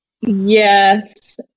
yes